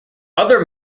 other